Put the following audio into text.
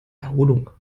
erholung